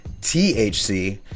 THC